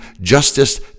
Justice